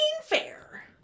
fair